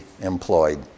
employed